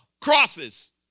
Crosses